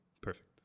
perfect